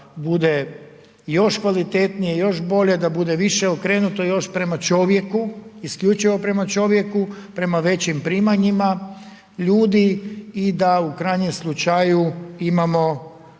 bude još kvalitetnije, još bolje, da bude više okrenuto još prema čovjeku, isključivo prema čovjeku, prema većim primanjima ljudima i da u krajnjem slučaju imamo